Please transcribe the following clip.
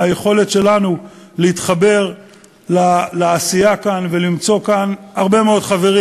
מהיכולת שלנו להתחבר לעשייה כאן ולמצוא כאן הרבה מאוד חברים,